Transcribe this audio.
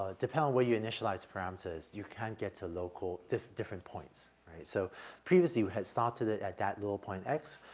ah depend on where you initialize parameters, you can get to local diff different points, right? so previously, you had started it at that lower point x.